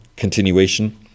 Continuation